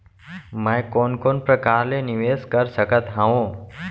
मैं कोन कोन प्रकार ले निवेश कर सकत हओं?